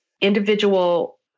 individual